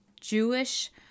Jewish